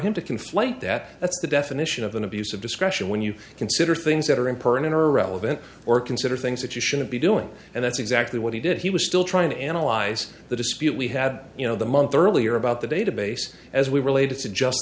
conflate that that's the definition of an abuse discretion when you consider things that are impertinent or relevant or consider things that you shouldn't be doing and that's exactly what he did he was still trying to analyze the dispute we had you know the month earlier about the database as we related to just